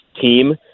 team